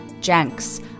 Jenks